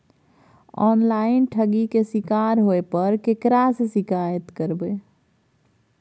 Online ठगी के शिकार होय पर केकरा से शिकायत करबै?